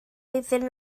iddyn